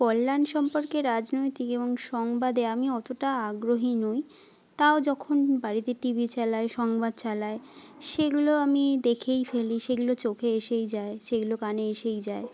কল্যাণ সম্পর্কে রাজনৈতিক এবং সংবাদে আমি অতোটা আগ্রহী নই তাও যখন বাড়িতে টিভি চালাই সংবাদ চালায় সেগুলো আমি দেখেই ফেলি সেগুলো চোখে এসেই যায় সেগুলো কানে এসেই যায়